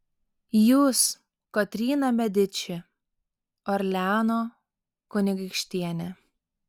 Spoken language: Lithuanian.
jūs kotryna mediči orleano kunigaikštienė